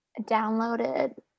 downloaded